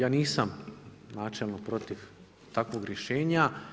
Ja nisam načelno protiv takvog rješenja.